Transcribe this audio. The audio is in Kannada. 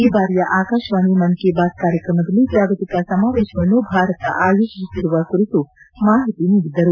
ಈ ಬಾರಿಯ ಆಕಾಶವಾಣಿ ಮನ್ ಕಿ ಬಾತ್ ಕಾರ್ಯಕ್ರಮದಲ್ಲಿ ಜಾಗತಿಕ ಸಮಾವೇಶವನ್ನು ಭಾರತ ಆಯೋಜಿಸುತ್ತಿರುವ ಕುರಿತು ಮಾಹಿತಿ ನೀಡಿದ್ದರು